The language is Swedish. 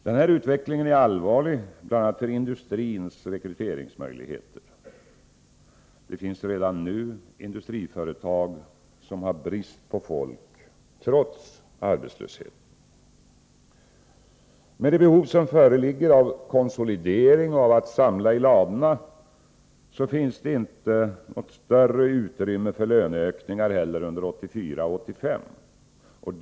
Denna utveckling är allvarlig bl.a. för industrins rekryteringsmöjligheter. Det finns redan nu industriföretag som har brist på folk trots arbetslösheten. Med de behov som föreligger av konsolidering och av att samla i ladorna finns det inte något större utrymme för löneökningar heller under 1984 och 1985.